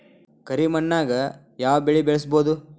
ಕರಿ ಮಣ್ಣಾಗ್ ಯಾವ್ ಬೆಳಿ ಬೆಳ್ಸಬೋದು?